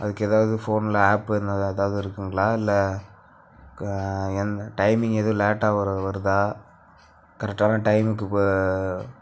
அதுக்கு ஏதாவது ஃபோனில் ஆப்பு என்ன ஏதாவது இருக்குதுங்களா இல்லை கா என்ன டைமிங் எதுவும் லேட்டாக வரு வருதா கரெக்டான டைமுக்கு போ